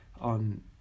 on